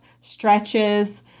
stretches